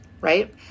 right